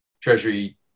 treasury